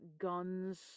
guns